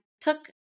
took